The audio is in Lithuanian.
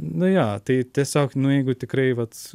nu jo tai tiesiog nu jeigu tikrai vat